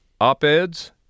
op-eds